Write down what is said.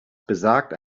besagt